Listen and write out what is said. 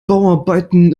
bauarbeiten